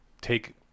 take